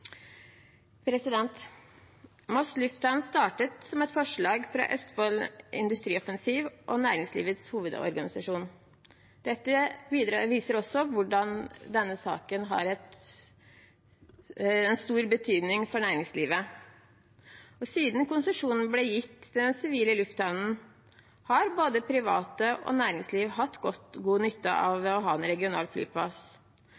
Moss lufthavn startet som et forslag fra Østfold Industrioffensiv og Næringslivets Hovedorganisasjon. Dette viser også hvordan denne saken har en stor betydning for næringslivet. Siden konsesjonen ble gitt til den sivile lufthavnen, har både private og næringsliv hatt god nytte av